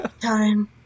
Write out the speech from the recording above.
Time